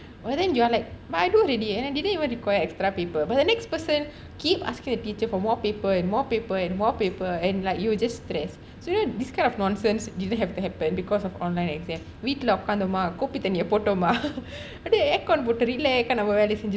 but then you are like but I do ready I didnt even require extra paper but the next person keep asking the teacher for more paper and more paper and more paper and like you will just stress so you know this kind of nonsense didn't have to happen because of online exam வீட்டுல உட்கார்ந்தோம கோபி தண்ணிய போட்டோமா அப்படியே:vqetulla utkaarnthoma topi thanniya pottoma appadiyae aircon போட்டு:pottu relaka நம்ப வேலைய செஞ்சிகிட்டு இருக்க வேண்டிதான்:namba velaiya senjikittu irukka vendithaan